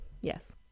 yes